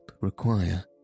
require